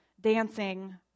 dancing